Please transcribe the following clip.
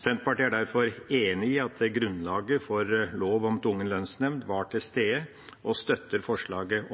Senterpartiet er derfor enig i at grunnlaget for lov om tvungen lønnsnemnd var til stede, og støtter forslaget